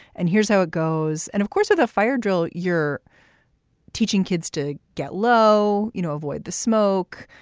and here's how it goes. and of course, of the fire drill, you're teaching kids to get low, you know, avoid the smoke.